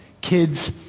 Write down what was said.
Kids